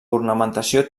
ornamentació